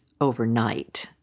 overnight